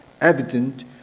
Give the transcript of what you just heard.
evident